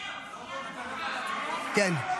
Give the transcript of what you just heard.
כן,